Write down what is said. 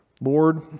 Lord